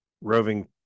roving